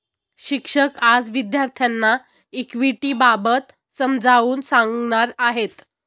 शिक्षक आज विद्यार्थ्यांना इक्विटिबाबत समजावून सांगणार आहेत